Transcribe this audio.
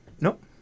Nope